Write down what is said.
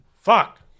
Fuck